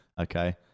Okay